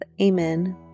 Amen